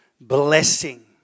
blessing